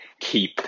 keep